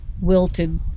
wilted